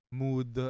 mood